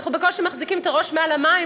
אנחנו בקושי מחזיקים את הראש מעל המים,